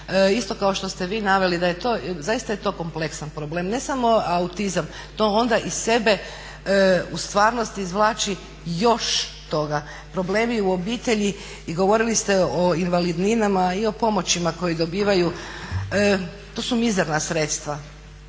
isto kao što ste i vi naveli da je to zaista kompleksan problem, ne samo autizam to onda i sebe izvlači još toga. Problemi u obitelji i govorili ste o invalidninama i o pomoćima koje dobivaju, to su mizerna sredstva,